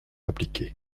appliqué